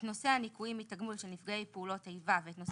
את נושא הניכויים מהתגמול של נפגעי פעולות איבה ונשא